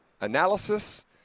analysis